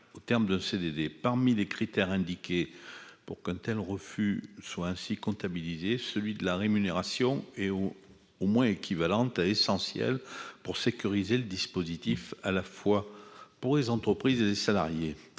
au terme de CDD parmi les critères indiqués pour qu'un tel refus soit ainsi comptabilisés, celui de la rémunération et au au moins équivalente à essentiel pour sécuriser le dispositif à la fois pour les entreprises et les salariés